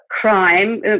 Crime